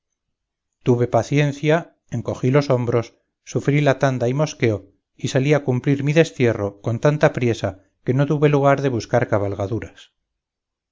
tuve paciencia encogí los hombros sufrí la tanda y mosqueo y salí a cumplir mi destierro con tanta priesa que no tuve lugar de buscar cabalgaduras